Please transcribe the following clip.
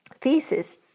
thesis